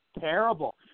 terrible